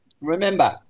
remember